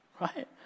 right